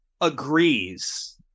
agrees